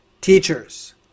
teachers